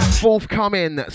forthcoming